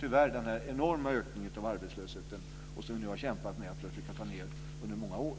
tyvärr såg den enorma ökning av arbetslösheten som vi har kämpat för att försöka få ned under många år.